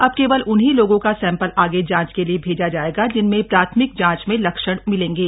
अब केवल उन्हीं लोगों का सैंपल आगे जांच लिए भेजा जाएगा जिनमें प्राथमिक जांच में लक्षण मिलेंगे